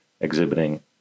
exhibiting